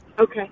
okay